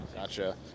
Gotcha